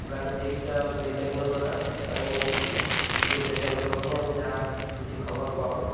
ପ୍ରାଣୀ ଚିକିତ୍ସା ଅଧିକାରୀଙ୍କ ଦ୍ୱାରା ପ୍ରାଣୀ ଚିକିତ୍ସାକେନ୍ଦ୍ରରୁ ହିଁ ଆମେ ଯାହା କିଛି ଖବର ପାଉ